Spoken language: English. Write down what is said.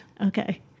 Okay